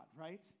right